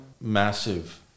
massive